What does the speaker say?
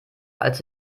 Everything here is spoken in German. als